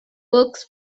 works